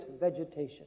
vegetation